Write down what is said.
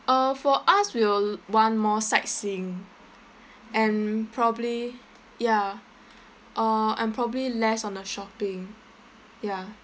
uh for us we'll want more sightseeing and probably ya uh and probably less on the shopping ya